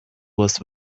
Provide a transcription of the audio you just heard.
was